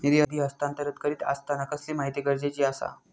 निधी हस्तांतरण करीत आसताना कसली माहिती गरजेची आसा?